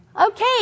Okay